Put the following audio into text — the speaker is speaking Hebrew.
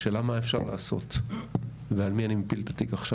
השאלה מה אפשר לעשות ועל מי אני מפיל את התיק עכשיו?